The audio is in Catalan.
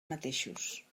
mateixos